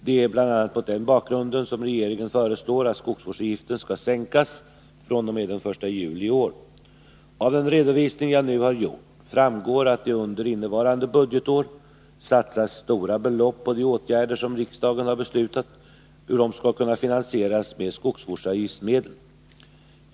Det är bl.a. mot den bakgrunden som regeringen föreslår att skogsvårdsavgiften skall sänkas fr.o.m. den 1 juli i år. Av den redovisning jag nu har gjort framgår att det under innevarande budgetår satsas stora belopp på de åtgärder som riksdagen har beslutat skall kunna finansieras med skogsvårdsavgiftsmedel.